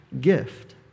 gift